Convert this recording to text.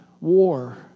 war